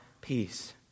peace